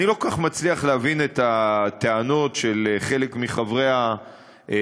אני לא כל כך מצליח להבין את הטענות של חלק מחברי הכנסת,